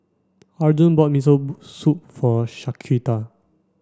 Arjun bought Miso Soup for Shaquita